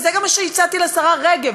וזה גם מה שהצעתי לשרה רגב,